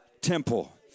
temple